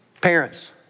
Parents